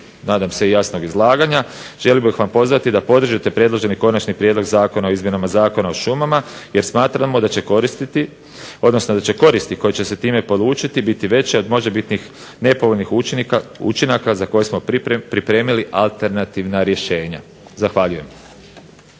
nadam se i jasnog izlaganja želio bih vas pozvati da podržite predloženi Konačni prijedlog zakona o izmjenama Zakona o šumama jer smatramo da će koristiti, odnosno da će koristi koje će se time polučiti biti veće od možebitnih nepovoljnih učinaka za koje smo pripremili alternativna rješenja. Zahvaljujem.